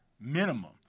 minimum